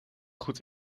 goed